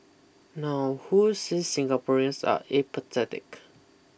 now who said Singaporeans are apathetic